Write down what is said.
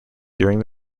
during